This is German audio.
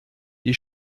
die